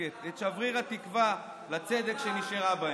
וסודקת את שבריר התקווה לצדק שנשאר בהן.